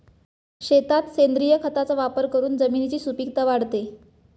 शेतात सेंद्रिय खताचा वापर करून जमिनीची सुपीकता वाढते